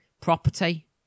property